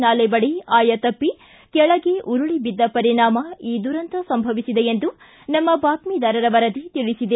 ನಾಲೆ ಬಳಿ ಆಯತಪ್ಪಿ ಕೆಳಗೆ ಉರುಳಿ ಬಿದ್ದ ಪರಿಣಾಮ ಈ ದುರಂತ ಸಂಭವಿಸಿದೆ ಎಂದು ನಮ್ಮ ಬಾತ್ತಿದಾರರ ವರದಿ ತಿಳಿಸಿದೆ